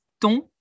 ton